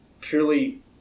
Purely